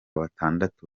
batandatu